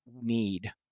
need